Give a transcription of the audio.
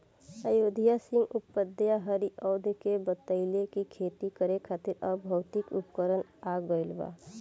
अयोध्या सिंह उपाध्याय हरिऔध के बतइले कि खेती करे खातिर अब भौतिक उपकरण आ गइल बा